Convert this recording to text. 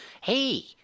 Hey